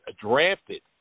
drafted